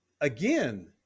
again